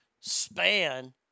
span